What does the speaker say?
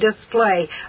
display